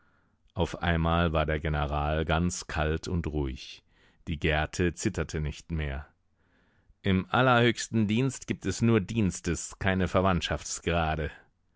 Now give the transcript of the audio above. auf einmal war der general ganz kalt und ruhig die gerte zitterte nicht mehr im allerhöchsten dienst gibt es nur dienstes keine verwandtschaftsgrade